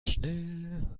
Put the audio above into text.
schnell